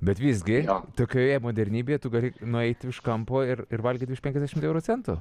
bet visgi tokioje modernybėje tu gali nueiti už kampo ir ir valgyti už penkiasdešimt euro centų